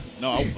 No